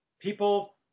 People